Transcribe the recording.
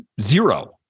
zero